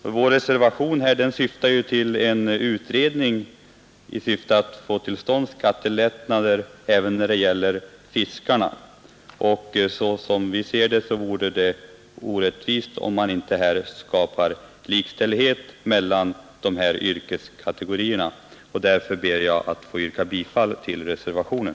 I vår reservation begärs en utredning i syfte att få till stånd skattelättnader även när det gäller fiskarna, och såsom vi ser det vore det orättvist om man inte skapar likställighet mellan de här yrkeskategorierna. Jag ber därför att få yrka bifall till reservationen.